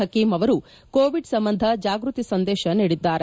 ಹಕೀಂ ಅವರು ಕೋವಿಡ್ ಸಂಬಂಧ ಜಾಗ್ಬತಿ ಸಂದೇಶ ನೀಡಿದ್ದಾರೆ